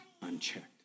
unchecked